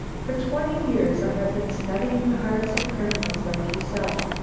for twenty years i have been studying the hearts of criminals like yourself.